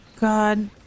God